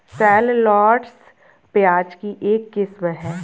shallots, प्याज की एक किस्म है